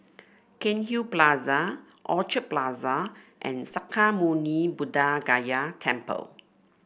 Cairnhill Plaza Orchard Plaza and Sakya Muni Buddha Gaya Temple